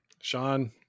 Sean